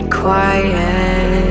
quiet